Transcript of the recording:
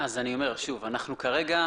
כרגע,